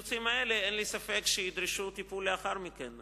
אין לי ספק שחלק מהקיצוצים האלה ידרשו טיפול לאחר מכן.